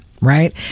right